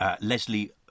Leslie